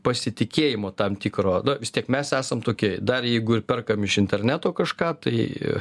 pasitikėjimo tam tikro nu vis tiek mes esam tokie dar jeigu ir perkam iš interneto kažką tai